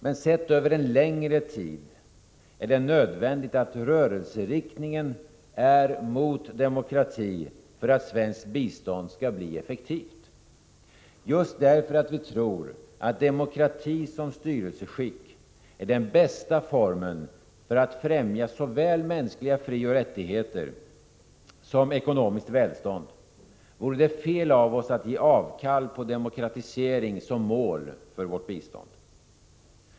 Men sett över en längre tid är det nödvändigt att rörelseriktningen är mot demokrati för att svenskt bistånd skall bli effektivt. Just därför att vi tror att demokrati som styrelseskick är den bästa formen för att främja såväl mänskliga frioch rättigheter som ekonomiskt välstånd, vore det fel av oss att ge avkall på demokratisering som mål för vårt bistånd.